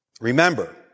Remember